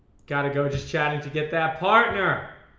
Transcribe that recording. gotta go just chatting to get that partner